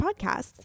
podcasts